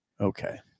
Okay